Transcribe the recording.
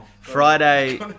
friday